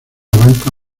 banca